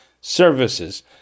services